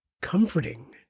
comforting